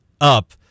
up